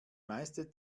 meiste